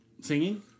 singing